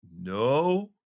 No